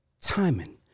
timing